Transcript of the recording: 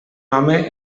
home